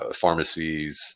pharmacies